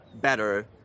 better